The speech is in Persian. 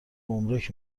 گمرک